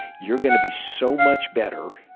you're going to be so much better.